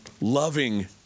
loving